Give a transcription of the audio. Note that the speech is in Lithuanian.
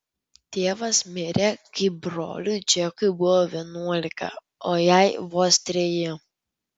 tėvas mirė kai broliui džekui buvo vienuolika o jai vos treji